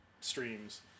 streams